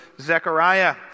Zechariah